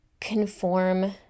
conform